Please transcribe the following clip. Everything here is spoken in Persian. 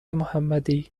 محمدی